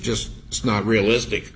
just it's not realistic